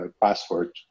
password